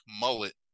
mullet